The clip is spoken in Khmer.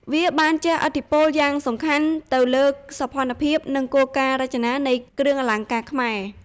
វាបានជះឥទ្ធិពលយ៉ាងសំខាន់ទៅលើសោភ័ណភាព និងគោលការណ៍រចនានៃគ្រឿងអលង្ការខ្មែរ។